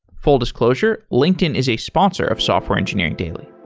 full disclosure, linkedin is a sponsor of software engineering daily